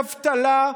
באבטלה,